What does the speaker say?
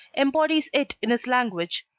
embodies it in his language,